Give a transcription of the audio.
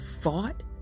fought